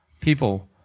People